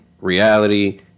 reality